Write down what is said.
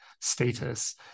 status